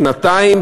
שנתיים,